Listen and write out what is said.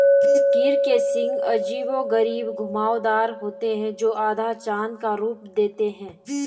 गिर के सींग अजीबोगरीब घुमावदार होते हैं, जो आधा चाँद का रूप देते हैं